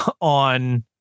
on